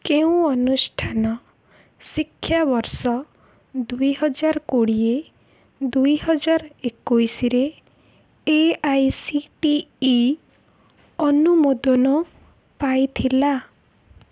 କେଉଁ ଅନୁଷ୍ଠାନ ଶିକ୍ଷାବର୍ଷ ଦୁଇହାଜର କୋଡ଼ିଏ ଦୁଇହାଜରେ ଏକୋଉଶିରେ A I C T E ଅନୁମୋଦନ ପାଇଥିଲା